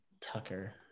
Tucker